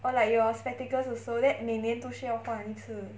or like your spectacles also then 每年都需要换一次